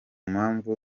mpamvu